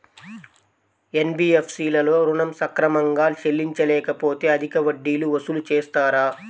NBFC లలో ఋణం సక్రమంగా చెల్లించలేకపోతె అధిక వడ్డీలు వసూలు చేస్తారా?